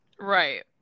Right